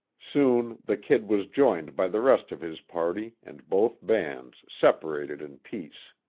soon the kid was joined by the rest of his party and both bands separated in peace.